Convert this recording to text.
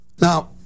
Now